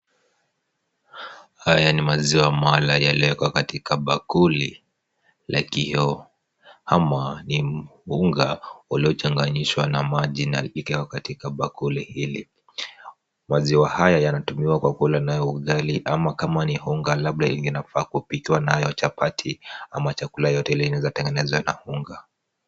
Haya ni maziwa mala yaliyowekwa katika bakuli la kioo ama ni unga uliochanganyishwa na maji na ikiwa katika bakuli hili. Maziwa haya yanatumiwa kwa kula nayo ugali ama kama ni unga labda inafaa kupikiwa nayo chapati ama chakula yoyote ile inaweza tengenezwa na unga.